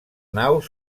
naus